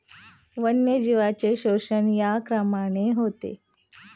वन्यजीवांचे शोषण या क्रमाने होते